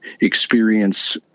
experience